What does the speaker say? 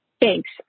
Thanks